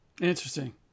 Interesting